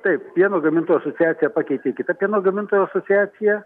taip pieno gamintojų asociaciją pakeitė kita pieno gamintojų asociacija